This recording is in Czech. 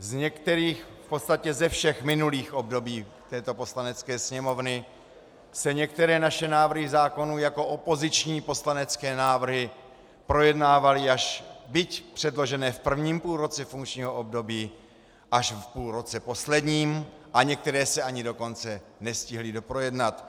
Z některých, v podstatě ze všech minulých období této Poslanecké sněmovny se některé naše návrhy zákonů jako opoziční poslanecké návrhy projednávaly, byť předložené v prvním půlroce funkčního období, až v půlroce posledním, a některé se ani dokonce nestihly doprojednat.